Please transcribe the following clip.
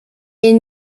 est